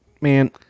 Man